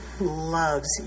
loves